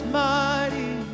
mighty